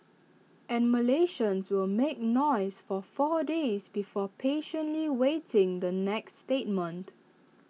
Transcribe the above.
and Malaysians to will make noise for four days before patiently waiting the next statement